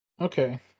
okay